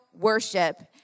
worship